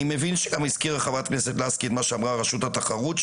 אני מבין שהזכירה חברת הכנסת לסקי את מה שאמרה רשות התחרות,